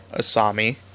asami